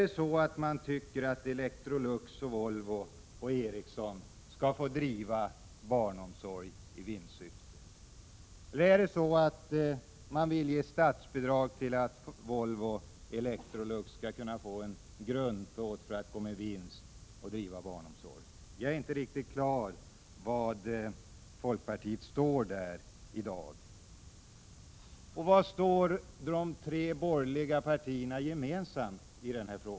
Tycker man att Electrolux, Volvo och Ericsson skall få driva barnomsorg i vinstsyfte, eller vill man ge statsbidrag för att dessa företag skall kunna få en grundplåt för att gå med vinst och då driva barnomsorg? Jag har inte blivit riktigt klar över var folkpartiet står i denna fråga i dag, och jag vet över huvud taget inte var de tre borgerliga partierna gemensamt står.